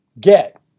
get